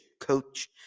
coach